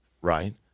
right